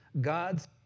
god's